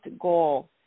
goal